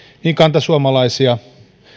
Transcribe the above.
niin kantasuomalaisia